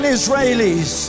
Israelis